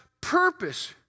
purpose